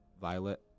Violet